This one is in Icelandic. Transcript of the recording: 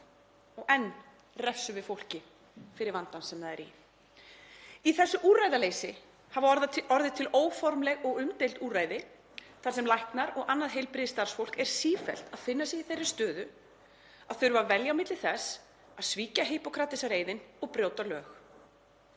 Og enn refsum við fólki fyrir vandann sem það er í. Í þessu úrræðaleysi hafa orðið til óformleg og umdeild úrræði þar sem læknar og annað heilbrigðisstarfsfólk finnur sig sífellt í þeirri stöðu að þurfa að velja á milli þess að svíkja Hippókratesareiðinn og brjóta lög.